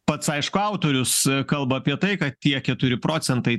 pats aišku autorius kalba apie tai kad tie keturi procentai